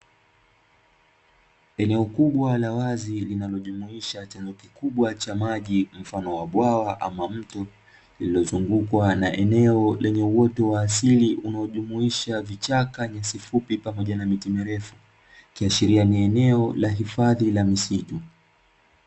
Eneo kubwa la wazi linalojumuisha chanzo kikubwa cha maji mfano wa bwawa ama mto lililozungukwa na eneo lenye uoto wa asili unaojumuisha vichaka, nyasi fupi pamoja na miti mirefu ikiashiria ni eneo la hifadhi la misitu.